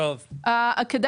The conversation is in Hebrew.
כדי